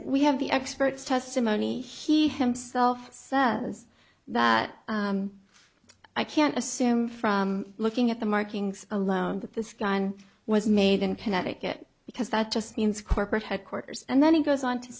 we have the expert testimony he himself says that i can't assume from looking at the markings alone that this gun was made in connecticut because that just means corporate headquarters and then he goes on to